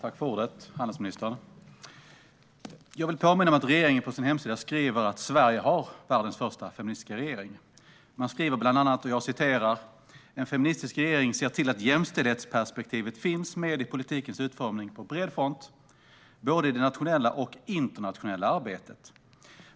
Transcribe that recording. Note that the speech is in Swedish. Herr talman! Handelsministern! Jag vill påminna om att regeringen på sin hemsida skriver att Sverige har världens första feministiska regering. Man skriver bland annat: "En feministisk regering ser till att jämställdhetsperspektivet finns med i politikens utformning på bred front, både i det nationella och internationella arbetet."